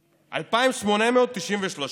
2,893,